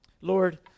Lord